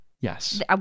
Yes